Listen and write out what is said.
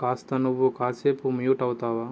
కాస్త నువ్వు కాసేపు మ్యూట్ అవుతావా